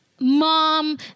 mom